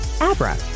Abra